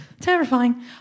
Terrifying